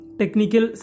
technical